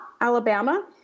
Alabama